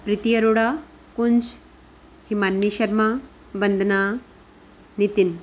Preeti Arora Kunj Himani Sharma Vandana Nitin